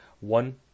One